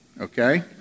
okay